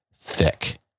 thick